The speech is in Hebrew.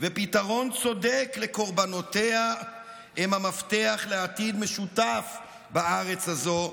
ופתרון צודק לקורבנותיה הם המפתח לעתיד משותף בארץ הזו,